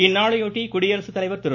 இந்நாளையொட்டி குடியரசுத்தலைவர் திரு